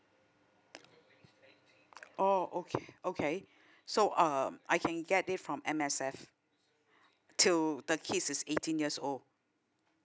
oh okay okay so uh I can get it from M_S_F till the kids is eighteen years old